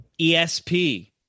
ESP